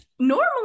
normally